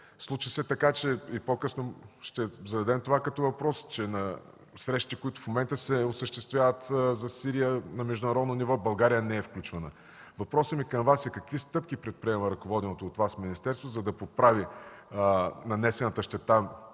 Случи се така, и по-късно ще зададем това като въпрос, че на срещите, които в момента се осъществяват в Сирия на международно ниво, България не е включвана. Въпросът ми към Вас е: какви стъпки предприема ръководеното от Вас министерство, за да поправи нанесената щета